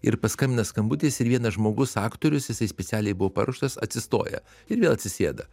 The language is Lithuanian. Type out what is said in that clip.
ir paskambina skambutis ir vienas žmogus aktorius jisai specialiai buvo paruoštas atsistoja ir vėl atsisėda